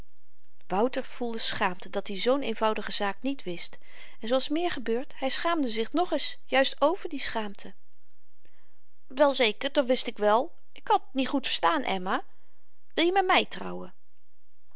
wouter voelde schaamte dat-i zoo'n eenvoudige zaak niet wist en zooals meer gebeurt hy schaamde zich nogeens juist ver die schaamte wel zeker dat wist ik wel ik had niet goed verstaan emma wilje met my trouwen